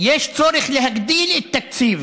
יש צורך להגדיל את תקציב